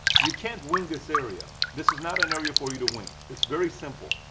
you can't wing this area. this is not an area for you to wing. it's very simple.